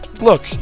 look